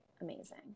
amazing